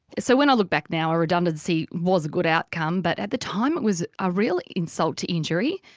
so when i look back now, a redundancy was a good outcome but at the time it was a real insult to injury.